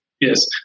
Yes